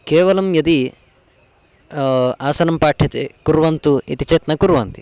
केवलं यदि आसनं पाठ्यते कुर्वन्तु इति चेत् न कुर्वन्ति